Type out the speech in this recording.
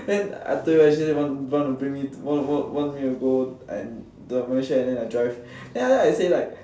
then I tell you she want want to bring me to want want me to go the mansion and drive then I say like